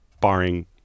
barring